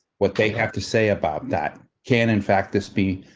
what they have to say about that can, in fact, this be.